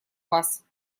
вас